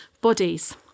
bodies